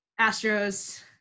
Astros